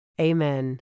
Amen